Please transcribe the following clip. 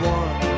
one